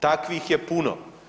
Takvih je puno.